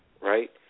right